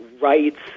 rights